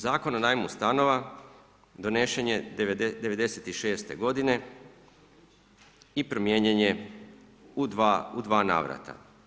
Zakon o najmu stanova donesen je '96. godine i promijenjen je u dva navrata.